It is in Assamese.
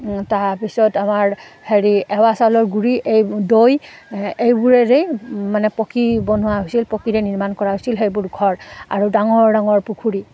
তাৰপিছত আমাৰ হেৰি এৱা চাউলৰ গুড়ি এই দৈ এইবোৰেৰেই মানে পকী বনোৱা হৈছিল পকীৰে নিৰ্মাণ কৰা হৈছিল সেইবোৰ ঘৰ আৰু ডাঙৰ ডাঙৰ পুখুৰী